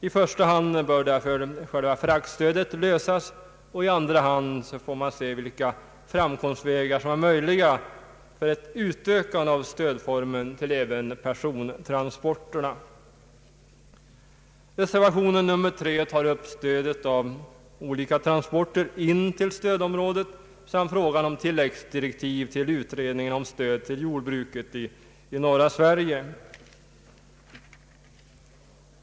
I första hand bör därför själva fraktstödet lösas, och i andra hand får man se vilka framkomstvägar som är möjliga för ett utökande av stödformen till att gälla även persontransporter. Reservationen 3 tar upp stödet av olika transporter in till stödområdet samt frågan om tilläggsdirektiv till utredningen om stöd till jordbruket i norra Sverige.